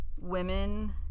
women